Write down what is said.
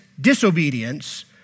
disobedience